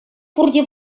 пурте